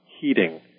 heating